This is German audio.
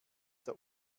der